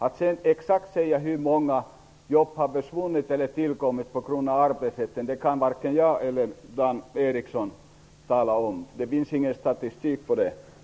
Att sedan exakt säga hur många jobb som har försvunnit eller tillkommit på grund av arbetsrätten kan varken jag eller Dan Ericsson. Det finns ingen statistik över det.